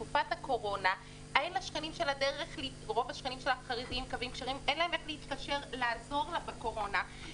ולא ברור לו למה מפלים אותו לעומת אחרים,